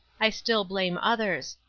i still blame others.